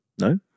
No